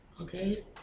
Okay